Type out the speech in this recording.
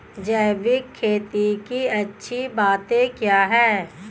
जैविक खेती की अच्छी बातें क्या हैं?